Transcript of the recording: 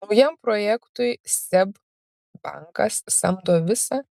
naujam projektui seb bankas samdo visą